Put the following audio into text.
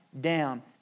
down